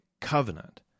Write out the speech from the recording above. Covenant